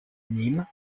nîmes